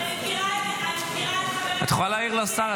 את יכולה להעיר לשר,